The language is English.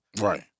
Right